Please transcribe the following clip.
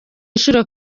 nshuro